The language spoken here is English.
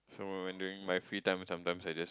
so when during my free time sometimes I just